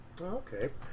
Okay